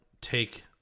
take